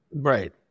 Right